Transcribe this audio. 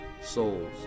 soul's